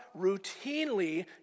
routinely